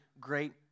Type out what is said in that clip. great